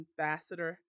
Ambassador